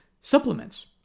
supplements